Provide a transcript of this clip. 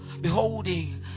beholding